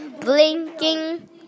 blinking